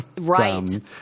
Right